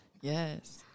yes